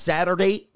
Saturday